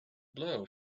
blow